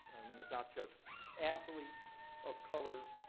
i mean it's not just athletes of color,